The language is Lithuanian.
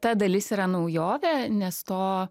ta dalis yra naujovė nes to